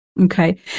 okay